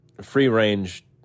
free-range